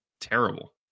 terrible